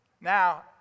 Now